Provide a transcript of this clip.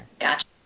Gotcha